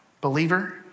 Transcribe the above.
Believer